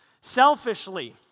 Selfishly